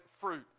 fruit